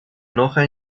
enoja